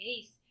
Ace